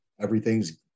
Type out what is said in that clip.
everything's